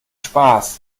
spaß